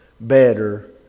better